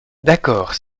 d’accord